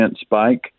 spike